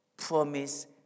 Promise